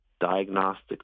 diagnostic